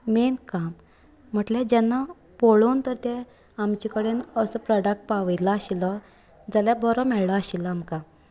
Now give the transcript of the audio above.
main काम म्हटले जेन्ना पळोवन तर तें आमचे कडेन असो प्रोडक्ट पावयलो आशिलो जाल्यार बरो मेळ्ळो आशिल्लो आमकां